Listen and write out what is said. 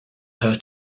her